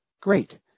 Great